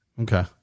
Okay